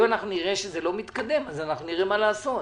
אם נראה שזה לא מתקדם, נראה מה לעשות.